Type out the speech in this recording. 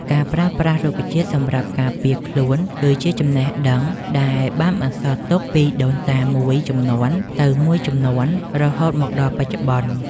ការប្រើប្រាស់រុក្ខជាតិសម្រាប់ការពារខ្លួនគឺជាចំណេះដឹងដែលបានបន្សល់ទុកពីដូនតាមួយជំនាន់ទៅមួយជំនាន់រហូតមកដល់បច្ចុប្បន្ន។